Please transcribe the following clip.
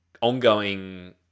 ongoing